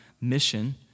mission